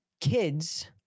Kids